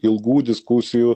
ilgų diskusijų